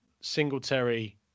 Singletary